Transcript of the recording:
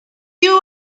you